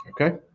Okay